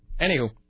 Anywho